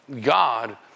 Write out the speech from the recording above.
God